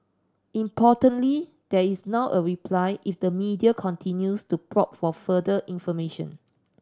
importantly there is now a reply if the media continues to probe for further information